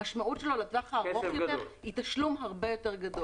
המשמעות שלו לטווח הארוך יותר היא תשלום הרבה יותר גדול.